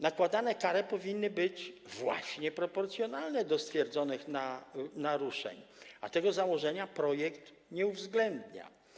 Nakładane kary powinny być proporcjonalne do stwierdzonych naruszeń, a tego założenia projekt nie uwzględnia.